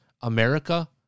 America